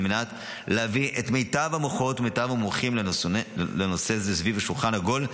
על מנת להביא את מיטב המוחות ומיטב המומחים לנושא זה סביב שולחן עגול,